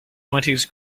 twenties